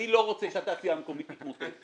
אני לא רוצה שהתעשייה המקומית תתמוטט.